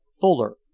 Fuller